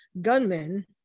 gunmen